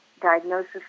diagnosis